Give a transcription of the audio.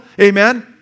Amen